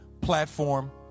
platform